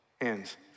hands